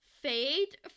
fade